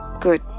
Good